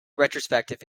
retrospective